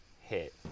hit